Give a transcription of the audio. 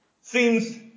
Seems